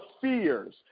fears